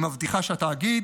היא מבטיחה שהתאגיד